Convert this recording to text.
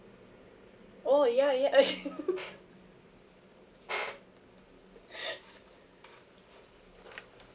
oh ya ya as in